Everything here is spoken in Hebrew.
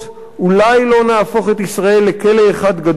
אולי לא נהפוך את ישראל לכלא אחד גדול,